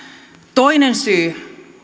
toinen syy